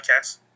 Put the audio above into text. podcast